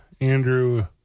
Andrew